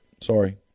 Sorry